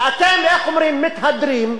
ואתם, איך אומרים, מתהדרים.